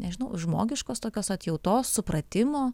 nežinau žmogiškos tokios atjautos supratimo